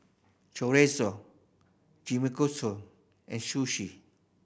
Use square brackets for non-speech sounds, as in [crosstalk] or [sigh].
Chorizo [unintelligible] and Sushi